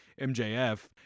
MJF